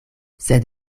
sed